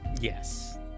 Yes